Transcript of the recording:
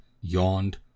yawned